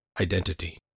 identity